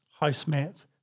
housemate